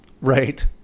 Right